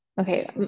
okay